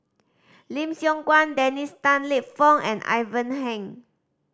Lim Siong Guan Dennis Tan Lip Fong and Ivan Heng